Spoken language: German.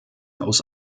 aus